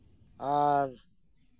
ᱟᱨ